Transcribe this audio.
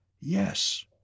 Yes